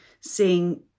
seeing